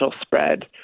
spread